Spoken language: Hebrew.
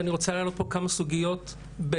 ואני רוצה להעלות פה כמה סוגיות בנקודות,